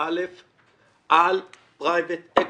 16א על פרייבט אקוויטי.